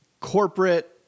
corporate